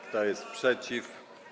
Kto jest przeciw?